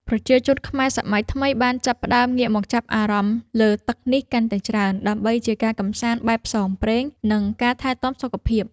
ប្រជាជនខ្មែរសម័យថ្មីបានចាប់ផ្តើមងាកមកចាប់អារម្មណ៍កីឡាលើទឹកនេះកាន់តែច្រើន ដើម្បីជាការកម្សាន្តបែបផ្សងព្រេង និងការថែទាំសុខភាព។